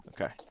okay